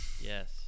Yes